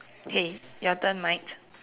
okay your turn mate